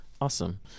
awesome